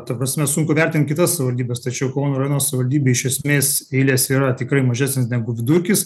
ta prasme sunku vertint kitas savivaldybes tačiau kauno rajono savivaldybė iš esmės eilės yra tikrai mažesnės negu vidurkis